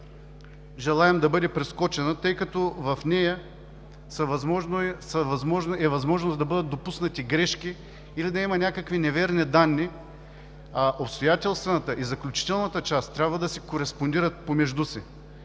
желаем да бъде прескочена, тъй като в нея е възможно да бъдат допуснати грешки или да има някакви неверни данни. А обстоятелствената и заключителната част трябва да кореспондират помежду си.